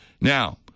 Now